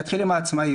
אתחיל עם העצמאים.